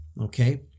Okay